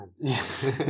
Yes